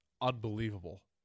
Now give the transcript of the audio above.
unbelievable